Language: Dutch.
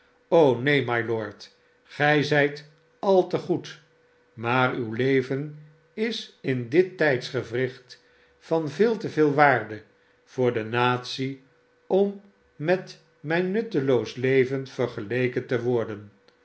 neen mylord gij zijt al te goed maar uw leven is in dit tijdsgewricht van veel te veelwaarde voor de natie om met mijn nutteloos leven vergeleken te worden